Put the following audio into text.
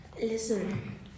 listen